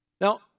Now